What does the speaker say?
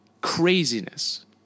craziness